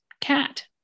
cat